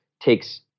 takes